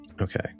Okay